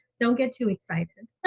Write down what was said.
don't get too excited.